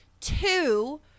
Two